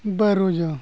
ᱵᱟᱹᱨᱩ ᱡᱚ